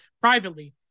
privately